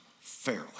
fairly